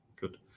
Good